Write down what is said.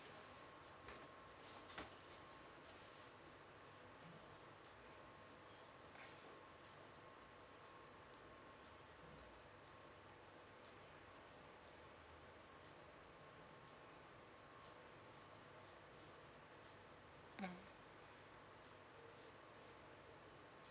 mm